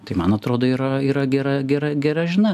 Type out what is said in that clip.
tai man atrodo yra yra gera gera gera žinia